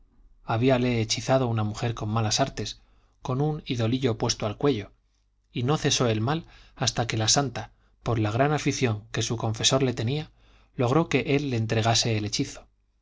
sacrílegos habíale hechizado una mujer con malas artes con un idolillo puesto al cuello y no cesó el mal hasta que la santa por la gran afición que su confesor le tenía logró que él le entregase el hechizo